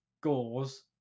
gauze